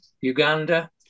Uganda